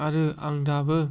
आरो आं दाबो